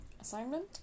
assignment